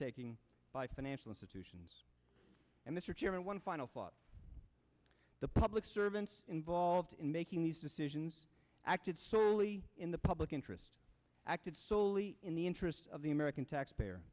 taking by financial institutions and mr chairman one final thought the public servants involved in making these decisions acted solely in the public interest acted solely in the interests of the american taxpayer